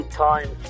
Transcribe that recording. time